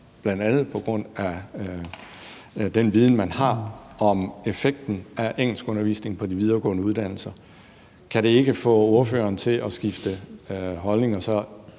bl.a. på grund af den viden, man har, om effekten af engelskundervisningen på de videregående uddannelser. Kan det ikke få ordføreren til at skifte holdning og